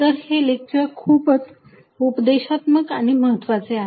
तर हे लेक्चर खूप उपदेशात्मक आणि महत्त्वाचे आहे